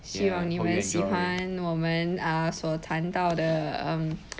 希望你们喜欢我们 ah 所谈到的 um